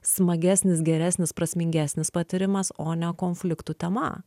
smagesnis geresnis prasmingesnis patyrimas o ne konfliktų tema